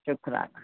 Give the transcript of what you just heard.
शुकराना